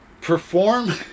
perform